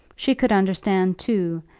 she could understand, too,